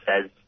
says